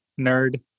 nerd